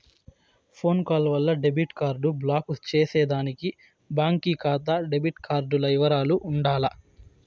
phone call వల్ల debit card block చేసేదానికి బాంకీ కాతా డెబిట్ కార్డుల ఇవరాలు ఉండాల